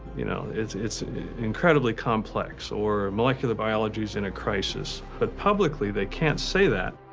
you know, it's it's incredibly complex, or molecular biology's in a crisis. but publicly they can't say that.